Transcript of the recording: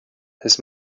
his